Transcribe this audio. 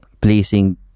placing